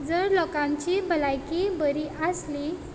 जर लोकांची भलायकी बरी आसली